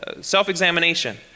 Self-examination